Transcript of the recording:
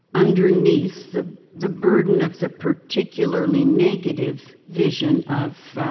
underneath the the burden of the particularly negative vision of